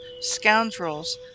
scoundrels